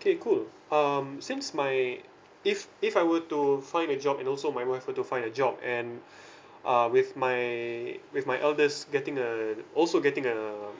okay cool um since my if if I were to find a job and also my wife were to find a job and uh with my with my eldest getting a also getting a uh